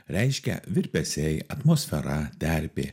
reiškia virpesiai atmosfera terpė